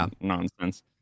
nonsense